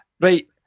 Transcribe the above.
right